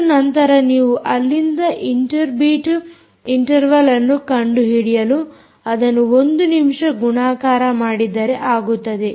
ಮತ್ತು ನಂತರ ನೀವು ಅಲ್ಲಿಂದ ಇಂಟರ್ ಬೀಟ್ ಇಂಟರ್ವಲ್ಅನ್ನು ಕಂಡುಹಿಡಿಯಲು ಅದನ್ನು 1 ನಿಮಿಷಕ್ಕೆ ಗುಣಾಕಾರ ಮಾಡಿದರೆ ಆಗುತ್ತದೆ